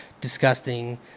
disgusting